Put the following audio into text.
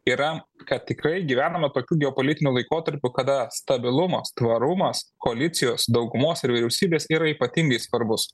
yra kad tikrai gyvename tokiu geopolitiniu laikotarpiu kada stabilumas tvarumas koalicijos daugumos ir vyriausybės yra ypatingai svarbus